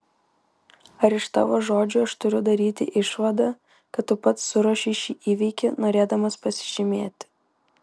ar iš tavo žodžių aš turiu daryti išvadą kad tu pats suruošei šį įvykį norėdamas pasižymėti